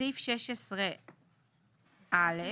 בסעיף 16(א),